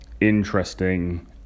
interesting